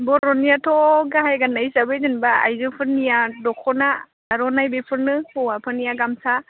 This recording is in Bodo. बर'नियाथ' गाहाय गान्नाय हिसाबै जेनेबा आइजोफोरनिया दख'ना आर'नाइ बेफोरनो हौवा फोरनिया गामसा